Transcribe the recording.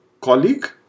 colleague